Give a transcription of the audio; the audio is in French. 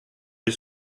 les